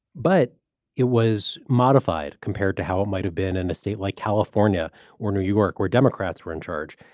but it was modified compared to how it might have been in a state like california or new york, where democrats were in charge,